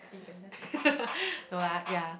thirty twenty nine no lah yeah